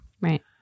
Right